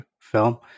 film